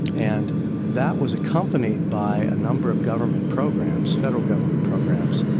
and that was accompanied by a number of government programs, federal government programs,